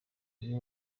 iyo